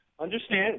understand